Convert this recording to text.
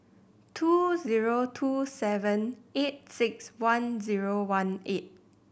two zero two seven eight six one zero one eight